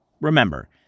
Remember